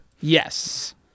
Yes